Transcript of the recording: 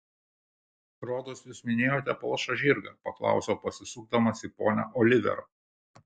rodos jūs minėjote palšą žirgą paklausiau pasisukdamas į ponią oliver